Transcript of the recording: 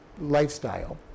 lifestyle